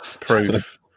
proof